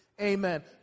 Amen